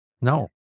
No